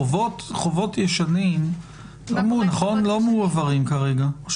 חובות ישנים לא מועברים כרגע, נכון?